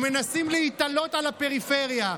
הם מנסים להיתלות על הפריפריה,